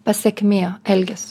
pasekmė elgias